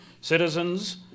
Citizens